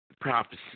prophecy